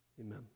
Amen